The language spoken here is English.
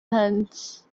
hands